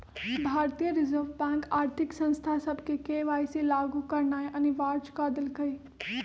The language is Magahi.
भारतीय रिजर्व बैंक आर्थिक संस्था सभके के.वाई.सी लागु करनाइ अनिवार्ज क देलकइ